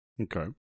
Okay